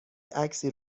عکسی